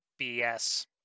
BS